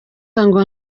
ngo